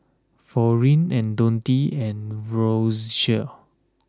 Florine and Dionte and Roscoe